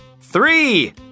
three